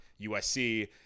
USC